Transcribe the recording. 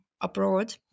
abroad